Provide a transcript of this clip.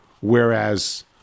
Whereas